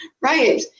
Right